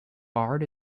bard